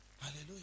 Hallelujah